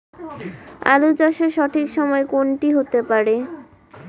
আলু চাষের সঠিক সময় কোন টি হতে পারে?